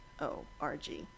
O-R-G